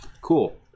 Cool